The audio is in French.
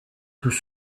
plus